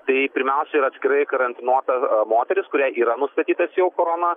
tai pirmiausiai yra atskirai karantinuota moteris kuriai yra nustatytas jau korona